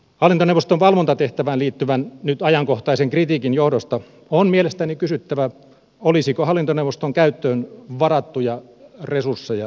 hallintoneuvoston valvontatehtävään liittyvän nyt ajankohtaisen kritiikin johdosta on mielestäni kysyttävä olisiko hallintoneuvoston käyttöön varattuja resursseja lisättävä